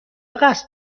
قصد